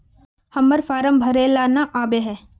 हम्मर फारम भरे ला न आबेहय?